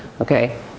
okay